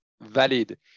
valid